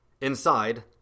Inside